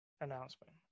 Announcement